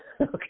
Okay